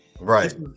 right